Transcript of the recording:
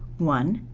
one,